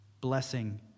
blessing